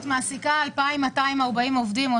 מעסיקה 2,240 עובדים,